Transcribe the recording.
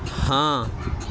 ہاں